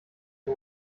who